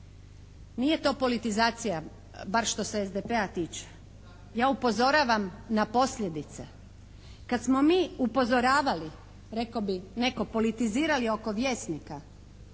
Nije to politizacija bar što se SDP-a tiče. Ja upozoravam na posljedice. Kad smo mi upozoravali rekao bi netko politizirali oko "Vjesnika"